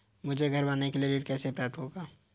मुझे घर बनवाने के लिए ऋण कैसे प्राप्त होगा?